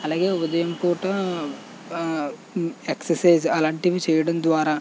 అలాగే ఉదయం పూట ఎక్సర్సైస్ అలాంటివి చేయడం ద్వారా